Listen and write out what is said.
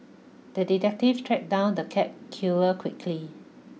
the detective tracked down the cat killer quickly